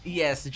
yes